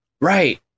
right